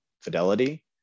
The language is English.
Fidelity